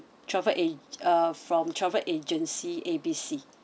travel a~ uh from travel agency A B C